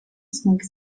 smugi